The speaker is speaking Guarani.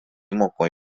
mokõi